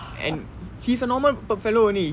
and he's a normal fellow only